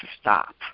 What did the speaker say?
stop